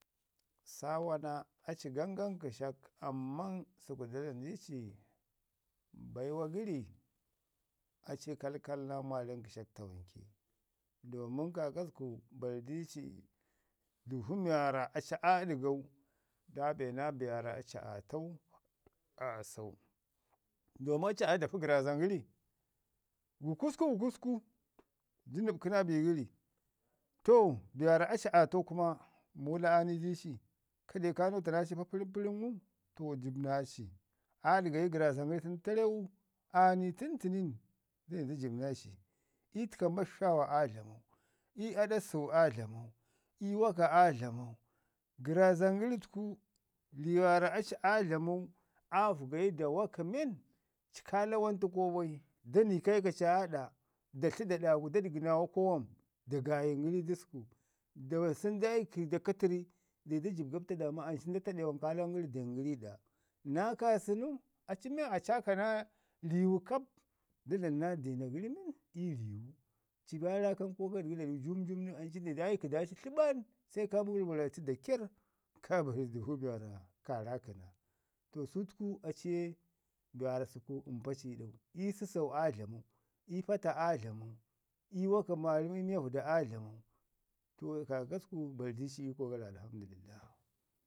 Saawana, aci gamgam kəshak amman səku da dlam di ci baiwa gəri aci kalkal naa maarəm kə shak tawanke domin kaakasku bari di ci dəvu mi waarra aci bəgau da be naa be waarra aci aatau domin aa ya da pi gərrazan gəri gukusku gukusku ji nəpkə naa bi gəri. To be marra aa tau kuma muula aani di ci, ka deu ka nuuta naa ci papərəm papərəm ngum to jəb naa aci, aa ɗəgayi gərrazan gəri təreu aa ni tən tənin da jab naa ci təka ma shashawa aa damau, i adak sau aa dlaman, i waka aa dlaman. Gərrəzan gəri təku bi warra aci aa dlamu aa vəgayi da waka men ci kaa bawan təkau bai, da nai kai ka ci aa ɗa, da tli da ɗa gu da ɗəgi naa wakau wam da gayin gəri i dəsku. Da sənda iki da katəririi dayi da jəb gabta daama, ancin da taɗe wam ka Lawan gəri den gəri ɗa. Naa kaasənu, aci men aa caaka naa riwu kap da dlamui naa diina gəri men ii riwu. Ci kaa raakan ko ka ɗəgi da riwu jum jum nən ancu dayi dai ki da ci tləɓain, se ka mərrməratu dakyerr ka bi dəvu mi waarra ka raakəna. To sutku aci ye be mi waarra səku mpaci ɗau, ii səsau aa dlamau, ii pata aa dlamau ii waka maarəm ii miya vəda aa dlamau. To kaakasku bari dii ci iiko gara. Alhamdulillahi.